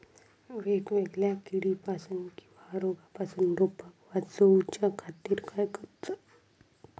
वेगवेगल्या किडीपासून किवा रोगापासून रोपाक वाचउच्या खातीर काय करूचा?